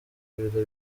biro